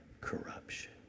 corruption